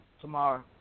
tomorrow